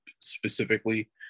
specifically